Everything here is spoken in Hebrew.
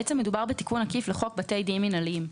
ובעצם מדובר בתיקון עקיף לחוק בתי דין מינהליים.